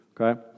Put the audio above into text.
okay